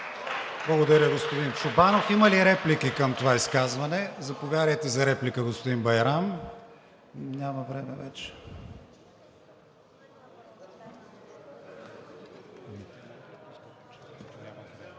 Благодаря, господин Чобанов. Има ли реплики към това изказване? Заповядайте за реплика, господин Байрам. БАЙРАМ